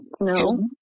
no